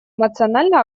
эмоционально